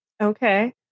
Okay